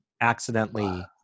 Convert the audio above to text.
accidentally